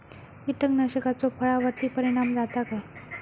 कीटकनाशकाचो फळावर्ती परिणाम जाता काय?